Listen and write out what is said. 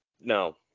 No